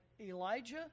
Elijah